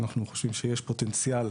אנחנו חושבים שיש פוטנציאל